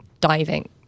diving